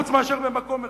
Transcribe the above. חוץ מאשר במקום אחד,